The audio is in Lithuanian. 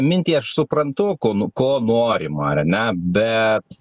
mintį aš suprantu ko nu ko norima ar ne bet